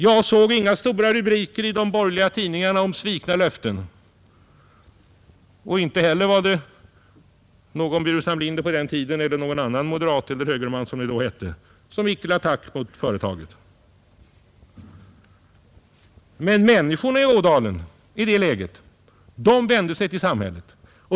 Jag såg inga stora rubriker i de borgerliga tidningarna om svikna löften, och inte heller var det någon Burenstam Linder eller någon annan moderat eller högerman, som det då hette, som gick till attack mot företaget. Men människorna i Ådalen vände sig i det läget till samhället.